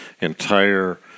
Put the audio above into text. entire